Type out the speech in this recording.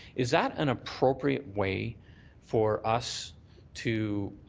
is that an appropriate way for us to